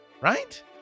right